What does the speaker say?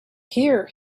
here